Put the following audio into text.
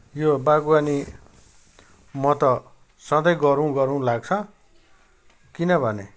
यो बागवानी म त सधैँ गरौँ गरौँ लाग्छ किनभने